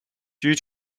due